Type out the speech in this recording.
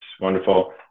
wonderful